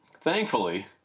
thankfully